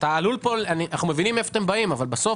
אנחנו מבינים מאיפה אתם באים אבל בסוף